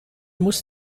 muss